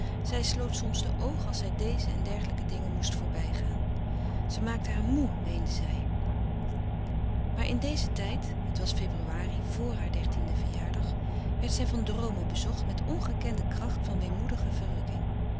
zij sloot soms de oogen als zij deze en dergelijke dingen moest voorbijgaan ze maakten haar moe meende zij maar in dezen tijd het was februari vr haar dertienden jaardag werd zij van droomen bezocht met ongekende kracht van weemoedige verrukking